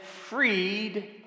freed